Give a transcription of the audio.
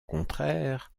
contraire